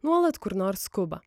nuolat kur nors skuba